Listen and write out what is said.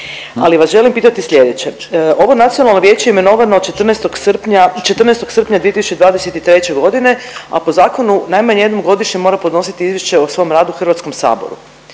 Ali vas želim pitati sljedeće, ovo nacionalno vijeće je imenovano 14. srpnja 2023.g., a po zakonu najmanje jednom godišnje mora podnositi izvješće o svom radu HS-u. Taj rok